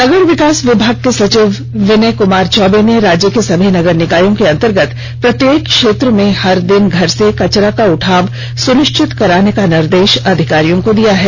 नगर विकास विभाग के सचिव विनय कुमार चौबे ने राज्य के सभी नगर निकायों के अंतर्गत प्रत्येक क्षेत्र में हर दिन घर से कचरा का उठाव सुनिश्चित कराने का निर्देश अधिकारियों को दिया है